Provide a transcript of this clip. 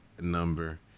number